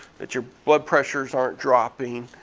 that your blood pressures aren't dropping.